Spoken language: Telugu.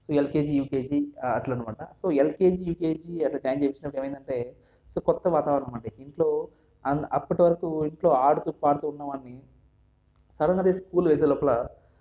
సో ఎల్కేజీ యూకేజీ అట్ల అనమాట సో ఎల్కేజీ యూకేజీ అట్ల జాయిన్ చేయించినప్పుడు ఏమయింది అంటే సో కొత్త వాతావరణం అండి ఇంట్లో అన్ అప్పటి వరకు ఇంట్లో ఆడుతూ పాడుతూ ఉన్నవాన్ని సడన్గా తీసుకు స్కూల్ వేసే లోపల